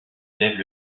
lèvent